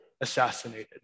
Assassinated